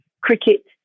cricket